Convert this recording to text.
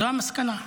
זו המסקנה.